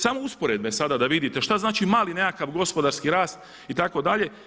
Samo usporedbe sada da vidite što znači mali nekakav gospodarski rast itd.